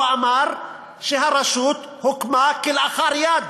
שהוא אמר שהרשות הוקמה כלאחר יד,